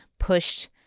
Pushed